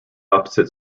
opposite